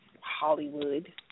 Hollywood